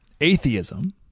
atheism